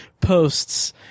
posts